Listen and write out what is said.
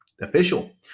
official